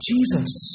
Jesus